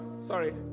sorry